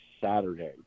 Saturday